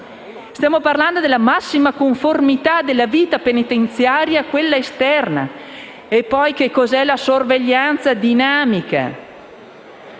Stiamo parlando della massima conformità della vita penitenziaria a quella esterna. E poi, cos'è la sorveglianza dinamica?